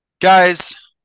Guys